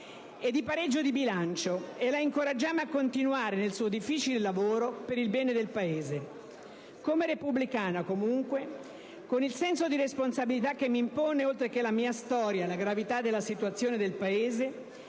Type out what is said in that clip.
e di pareggio di bilancio e la incoraggiamo a continuare nel suo difficile lavoro per il bene del Paese. Come repubblicana, comunque, con il senso di responsabilità che mi impone, oltre che la mia storia, la gravità della situazione del Paese,